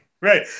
right